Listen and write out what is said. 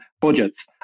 budgets